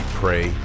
pray